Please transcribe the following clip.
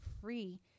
free